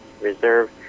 reserve